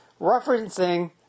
referencing